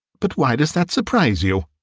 but why does that surprise you?